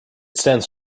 stands